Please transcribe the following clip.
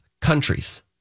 countries